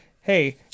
hey